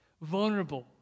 vulnerable